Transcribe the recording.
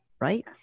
right